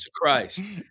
Christ